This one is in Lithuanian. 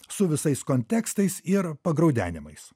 su visais kontekstais ir pagraudenimais